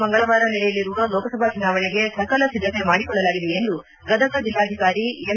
ಮಂಗಳವಾರ ನಡೆಯಲಿರುವ ಲೋಕಸಭಾ ಚುನಾವಣೆಗೆ ಸಕಲ ಸಿದ್ದತೆ ಮಾಡಿಕೊಳ್ಳಲಾಗಿದೆ ಎಂದು ಗದಗ ಜಿಲ್ಲಾಧಿಕಾರಿ ಎಂ